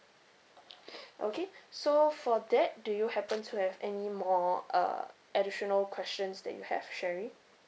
okay so for that do you happen to have any more uh additional questions that you have sherry